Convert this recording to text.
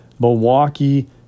Milwaukee